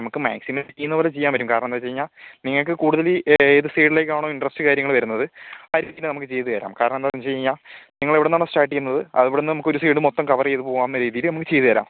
നമുക്ക് മാക്സിമം ചെയ്യുന്നതു പോലെ ചെയ്യാൻ പറ്റും കാരണം എന്താ വെച്ച് കഴിഞ്ഞാൽ നിങ്ങൾക്ക് കൂടുതൽ ഏത് സൈഡിലേക്കാണോ ഇൻ്ററെസ്റ്റ് കാര്യങ്ങൾ വരുന്നത് അതിനനുസരിച്ച് നമുക്ക് ചെയ്ത് തരാം കാരണം എന്താണെന്ന് വെച്ച് കഴിഞ്ഞാൽ നിങ്ങളെവിടെ നിന്നാണോ സ്റ്റാർട്ട് ചെയ്യുന്നത് അവിടെ നിന്ന് നമുക്കൊരു സൈഡ് മൊത്തം കവർ ചെയ്ത് പോകുന്ന രീതിയിൽ ചെയ്ത് തരാം